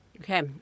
Okay